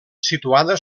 situada